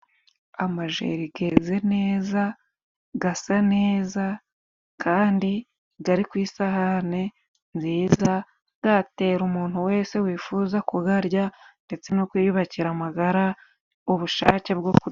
Amajeri geze neza, gasa neza, kandi gari ku isahane nziza, gatera umuntu wese wifuza kugarya ndetse no kwiyubakira amagara ubushake bwo kurya.